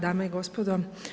Dame i gospodo.